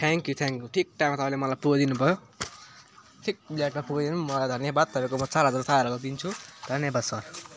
thank you thank you ठिक टाइममा तपाईँले मलाई पुगाइदिनुभयो ठिक मिनेटमा पुगाइदिनु मलाई धन्यवाद तपाईँकोमा चार हजार चार हजार दिन्छु धन्यवाद सर